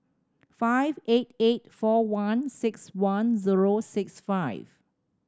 five eight eight four one six one zero six five